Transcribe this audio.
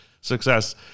success